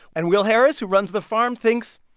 and will harris, who runs the farm, thinks,